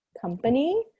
company